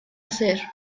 hacer